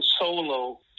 solo